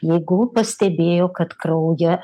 jeigu pastebėjo kad kraują